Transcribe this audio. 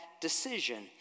decision